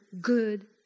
good